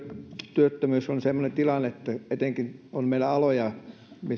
työttömyys on semmoinen tilanne että etenkin kun meillä on aloja